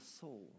soul